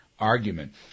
Argument